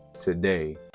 today